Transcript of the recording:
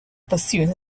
pursuing